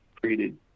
created